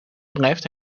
blijft